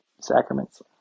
sacraments